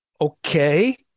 okay